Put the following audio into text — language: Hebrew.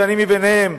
ואני ביניהם,